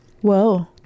whoa